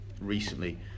recently